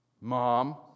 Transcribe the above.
Mom